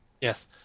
Yes